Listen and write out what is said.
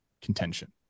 contention